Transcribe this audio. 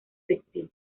textil